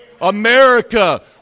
America